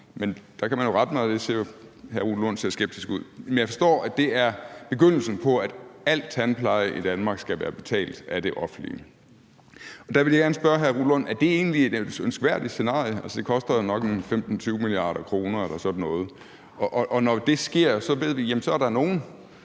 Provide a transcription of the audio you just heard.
men der kan man jo rette mig – jeg ser, at hr. Rune Lund ser skeptisk ud – er begyndelsen på, at al tandpleje i Danmark skal være betalt af det offentlige, og der vil jeg gerne spørge hr. Rune Lund: Er det egentlig et ønskværdigt scenarie? Det koster nok 15-20 mia. kr. eller sådan noget, og når det sker, ved vi, at der så er nogle,